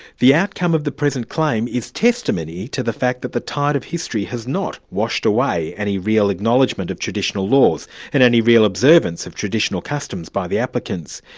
the outcome of the present claim is testimony to the fact that the tide of history has not washed away any real acknowledgement of tradition laws and any real observance of traditional customs by the applicants,